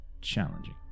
Challenging